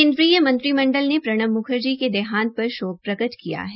केन्द्रीय मंत्रिमंडल ने प्रणब म्खर्जी ने देहांत पर शोक प्रकट किया है